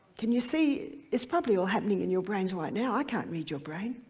can you see it's probably all happening in your brains right now i can't read your brain.